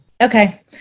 Okay